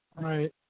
Right